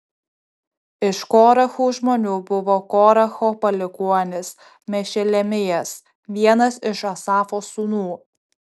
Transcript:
iš korachų žmonių buvo koracho palikuonis mešelemijas vienas iš asafo sūnų